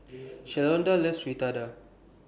Shalonda loves Fritada